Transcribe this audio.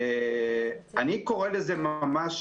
אני קורא לזה ממש